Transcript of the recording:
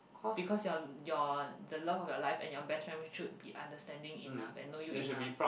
because your your the love of your life and your best friend should be understanding enough and know you enough